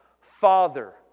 Father